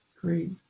Great